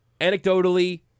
anecdotally